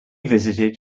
visited